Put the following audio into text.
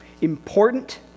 important